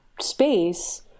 space